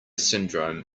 syndrome